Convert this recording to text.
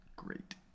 Great